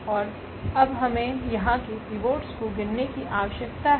और अब हमें यहां के पिवोट्स को गिनने की आवश्यकता है